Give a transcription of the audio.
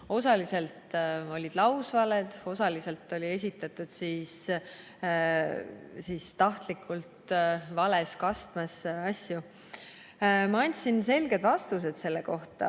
Osa olid lausvaled, osaliselt oli asju esitatud tahtlikult vales kastmes. Ma andsin selged vastused selle kohta,